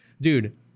dude